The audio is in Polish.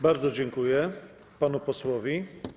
Bardzo dziękuję panu posłowi.